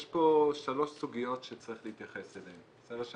יש פה שלוש סוגיות שצריך להתייחס אליהן, זה מה